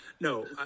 no